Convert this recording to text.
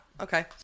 okay